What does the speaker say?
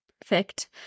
Perfect